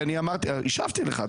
השבתי לך,